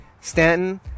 Stanton